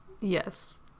yes